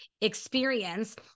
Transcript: experience